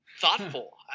Thoughtful